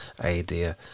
idea